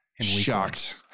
Shocked